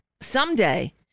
Someday